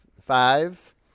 Five